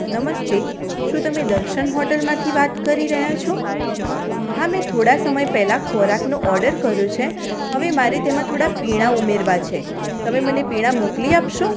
નમસ્તે શું તમે દર્શન હોટલમાંથી વાત કરી રહ્યા છો હા મેં થોડા સમય પહેલાં ખોરાકનો ઓર્ડર કર્યો છે હવે મારે તેમાં થોડા પીણા ઉમેરવા છે તમે મને પીણા મોકલી આપશો